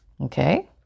Okay